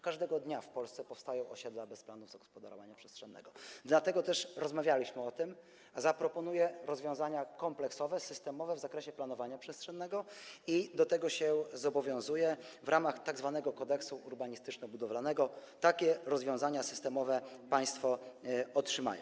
Każdego dnia w Polsce powstają osiedla bez planów zagospodarowania przestrzennego, dlatego też rozmawialiśmy o tym, zaproponuję rozwiązania kompleksowe, systemowe w zakresie planowania przestrzennego i do tego się zobowiązuję w ramach tzw. kodeksu urbanistyczno-budowlanego, takie rozwiązania systemowe państwo otrzymają.